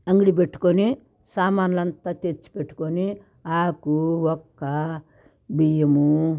అంగడి పెట్టుకొని సామానులంతా తెచ్చి పెట్టుకొని ఆకు వక్కా బియ్యమూ